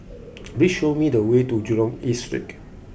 please show me the way to Jurong East Street